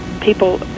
people